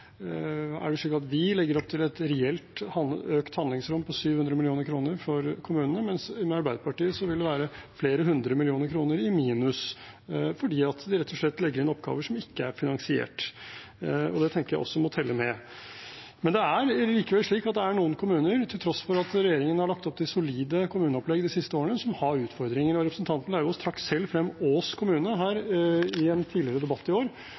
er det slik at vi legger opp til et reelt økt handlingsrom på 700 mill. kr for kommunene, mens med Arbeiderpartiet vil det være flere hundre millioner kroner i minus fordi de rett og slett legger inn oppgaver som ikke er finansiert. Det tenker jeg også må telle med. Det er likevel slik at det er noen kommuner, til tross for at regjeringen har lagt opp til solide kommuneopplegg de siste årene, som har utfordringer. Representanten Lauvås trakk selv frem Ås kommune i en tidligere debatt i år,